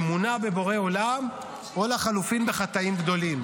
אמונה בבורא עולם או לחלופין חטאים גדולים,